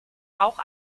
auch